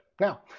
now